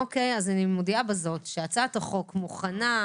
אני רוצה להודות לכם בהזדמנות הזו,